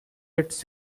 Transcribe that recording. its